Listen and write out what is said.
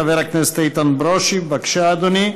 חבר הכנסת איתן ברושי, בבקשה, אדוני.